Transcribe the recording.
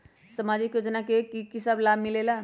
समाजिक योजनानुसार कि कि सब लाब मिलीला?